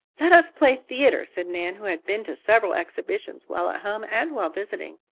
let us play theater, said nan, who had been to several exhibitions while at home and while visiting.